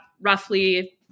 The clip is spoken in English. roughly –